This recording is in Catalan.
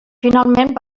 finalment